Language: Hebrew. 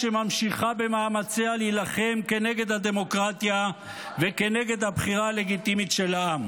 שממשיכה במאמציה להילחם כנגד הדמוקרטיה וכנגד הבחירה הלגיטימית של העם.